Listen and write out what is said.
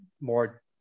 more